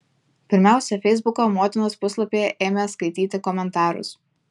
pirmiausia feisbuko motinos puslapyje ėmė skaityti komentarus